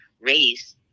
race